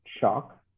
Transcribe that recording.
shock